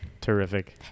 Terrific